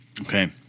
Okay